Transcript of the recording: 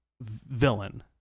villain